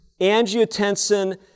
angiotensin